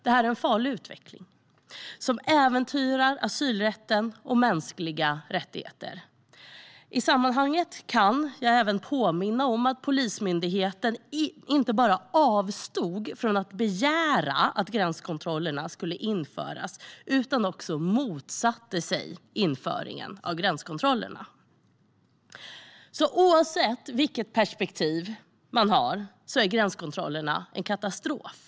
Det är en farlig utveckling som äventyrar asylrätten och mänskliga rättigheter. I sammanhanget kan jag även påminna om att Polismyndigheten inte bara avstod från att begära att gränskontrollerna skulle införas utan också motsatte sig införandet av gränskontrollerna. Oavsett vilket perspektiv man har är gränskontrollerna en katastrof.